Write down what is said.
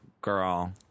girl